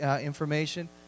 information